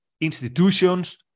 institutions